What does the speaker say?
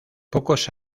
pocos